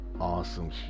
awesome